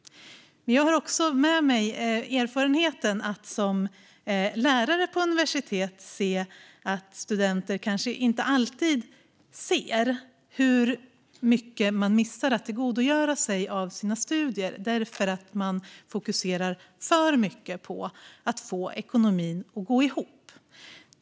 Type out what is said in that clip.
Men jag har också erfarenhet av att arbeta som lärare på universitet, och studenter kanske inte alltid ser hur mycket de missar att tillgodogöra sig av sina studier på grund av att de fokuserar för mycket på att få ekonomin att gå ihop.